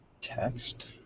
Text